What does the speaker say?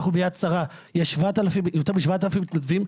ב- ׳יד שרה׳ יש לנו יותר מ-7,000 מתנדבים,